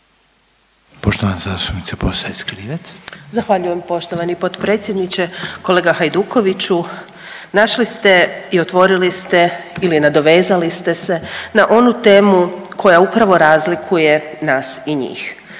Ivana (Socijaldemokrati)** Zahvaljujem poštovani potpredsjedniče. Kolega Hajdukoviću našli ste i otvorili ste ili nadovezali ste se na onu temu koja upravo razlikuje nas i njih,